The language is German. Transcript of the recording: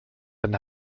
dann